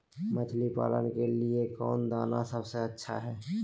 मछली पालन के लिए कौन दाना सबसे अच्छा है?